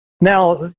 now